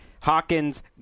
Hawkins